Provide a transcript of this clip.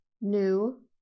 new